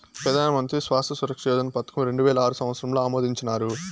పెదానమంత్రి స్వాస్త్య సురక్ష యోజన పదకం రెండువేల ఆరు సంవత్సరంల ఆమోదించినారు